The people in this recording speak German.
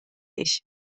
ich